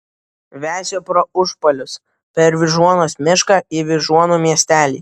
vežė pro užpalius per vyžuonos mišką į vyžuonų miestelį